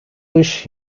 wish